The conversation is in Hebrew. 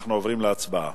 אנחנו עוברים להצבעה.